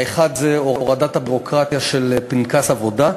האחד, הורדת הביורוקרטיה של פנקס עבודה.